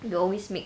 we always make